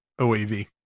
OAV